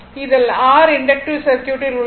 அதில் R inductive சர்க்யூட்டில் உள்ளது